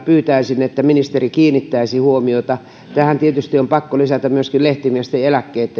pyytäisin että ministeri kiinnittäisi tähän asiaan huomiota tähän tietysti on pakko lisätä myöskin lehtimiesten eläkkeet